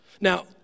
Now